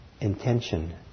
intention